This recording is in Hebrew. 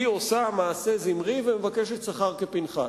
היא עושה מעשה זמרי ומבקשת שכר כפנחס.